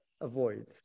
avoid